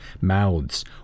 mouths